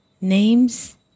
names